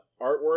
artwork